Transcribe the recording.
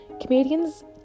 Comedians